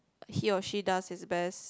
he or she does his best